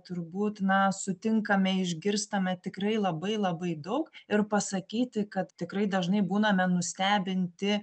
turbūt na sutinkame išgirstame tikrai labai labai daug ir pasakyti kad tikrai dažnai būname nustebinti